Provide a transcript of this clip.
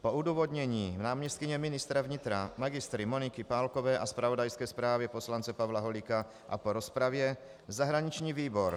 Po odůvodnění náměstkyně ministra vnitra Mgr. Moniky Pálkové, zpravodajské zprávě poslance Pavla Holíka a po rozpravě zahraniční výbor